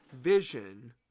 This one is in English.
vision